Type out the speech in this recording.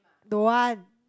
don't want